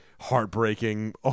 heartbreaking